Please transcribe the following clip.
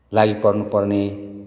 लागिपर्नु पर्ने